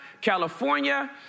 California